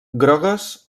grogues